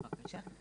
בבקשה.